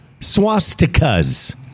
Swastikas